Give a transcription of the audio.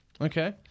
Okay